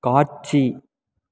காட்சி